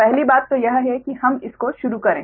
पहली बात तो यह है कि हम इस को शुरू करें